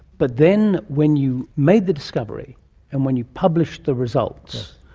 but then when you made the discovery and when you published the results,